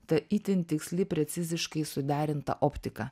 ta itin tiksli preciziškai suderinta optika